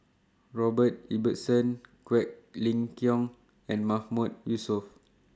Robert Ibbetson Quek Ling Kiong and Mahmood Yusof